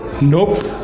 Nope